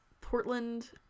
Portland